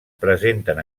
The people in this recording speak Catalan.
presenten